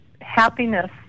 happiness